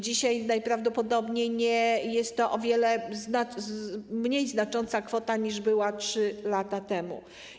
Dzisiaj najprawdopodobniej jest to o wiele mniej znacząca kwota niż była 3 lata temu.